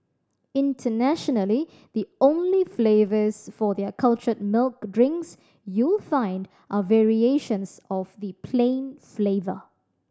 internationally the only flavours for their cultured milk drinks you find are variations of the plain flavour